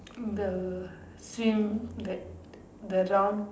the swim that the round